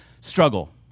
struggle